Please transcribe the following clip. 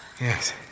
Yes